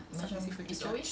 stop being freaking childish